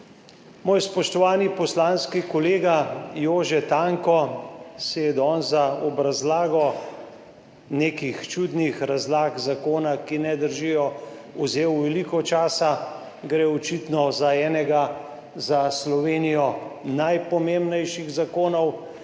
Moj spoštovani poslanski kolega Jože Tanko si je danes za obrazložitev nekih čudnih razlag zakona, ki ne držijo, vzel veliko časa, gre očitno za enega za Slovenijo najpomembnejših zakonov,